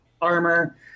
armor